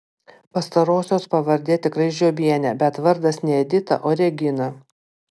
pastarosios pavardė tikrai žiobienė bet vardas ne edita o regina